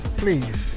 please